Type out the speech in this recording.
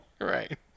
Right